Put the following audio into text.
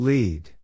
Lead